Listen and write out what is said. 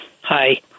Hi